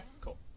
cool